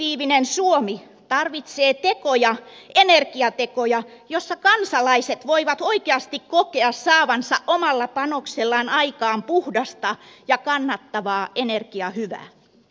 positiivinen suomi tarvitsee tekoja energiatekoja joilla kansalaiset voivat oikeasti kokea saavansa omalla panoksellaan aikaan puhdasta ja kannattavaa energiahyvää